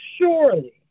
surely